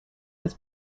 this